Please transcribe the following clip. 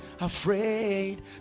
afraid